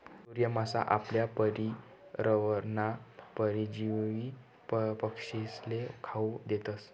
सूर्य मासा आपला शरीरवरना परजीवी पक्षीस्ले खावू देतस